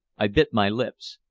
i bit my lips.